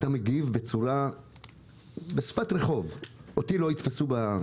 ואתה מגיב בשפת רחוב: "אותי לא יתפסו ב-"